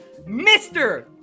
Mr